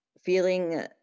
feeling